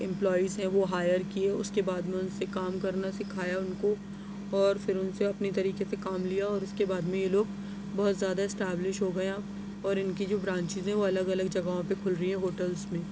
employees ہیں وہ hire کئے اُس کے بعد میں اُن سے کام کرنا سکھایا اُن کو اور پھر اُن سے اپنے طریقے سے کام لیا اور اُس کے بعد میں یہ لوگ بہت زیادہ اسٹبلش ہوگئے اب اور اِن کی جو برانچیز الگ الگ جگہوں پر کُھل رہی ہیں ہوٹلس میں